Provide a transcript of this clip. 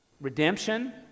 redemption